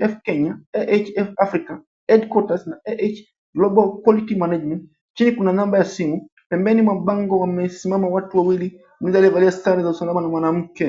ahf Kenya, ahf Africa, headquarters na ah management. Chini kuna namba ya simu. Pembeni mwa bango wamesimama watu wawili, mmoja amevalia sare za usalama ni mwanamke.